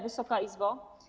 Wysoka Izbo!